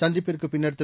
சந்திப்புக்குபின்னர்திரு